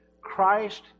Christ